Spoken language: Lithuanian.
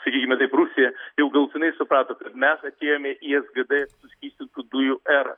sakykime taip rusija jau galutinai suprato mes atėjome į sgd suskystintų dujų erą